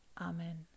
Amen